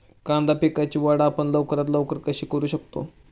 कांदा पिकाची वाढ आपण लवकरात लवकर कशी करू शकतो?